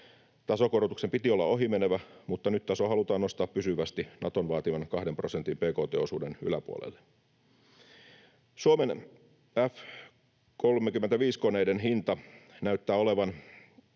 Tasokorotuksen piti olla ohimenevä, mutta nyt tasoa halutaan nostaa pysyvästi Naton vaatiman kahden prosentin bkt-osuuden yläpuolelle. Suomen F-35-koneiden hinta näyttää olevan